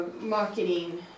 marketing